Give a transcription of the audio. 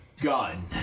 gun